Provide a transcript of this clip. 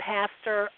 Pastor